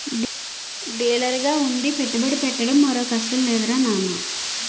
డీలర్గా ఉండి పెట్టుబడి పెట్టడం మరో కష్టం లేదురా నాన్నా